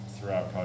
throughout